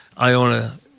Iona